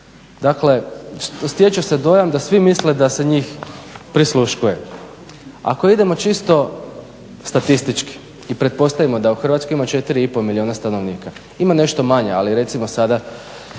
Dakle, stječe se dojam da svi misle da se njih prisluškuje. Ako idemo čisto statistički i pretpostavimo da u Hrvatskoj ima 4,5 milijuna stanovnika, ima nešto manje, ali recimo sada